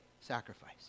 sacrifice